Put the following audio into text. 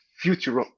future